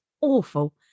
awful